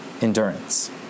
endurance